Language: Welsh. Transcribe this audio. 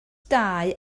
dau